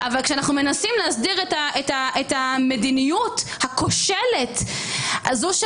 אבל כשאנחנו מנסים להסדיר את המדיניות הכושלת שמאפשרת